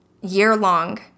year-long